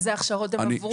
איזה הכשרות הם עברו?